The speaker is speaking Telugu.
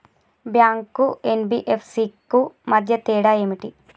బ్యాంక్ కు ఎన్.బి.ఎఫ్.సి కు మధ్య తేడా ఏమిటి?